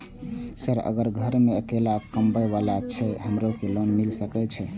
Sir अगर घर में अकेला कमबे वाला छे हमरो के लोन मिल सके छे?